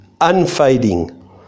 unfading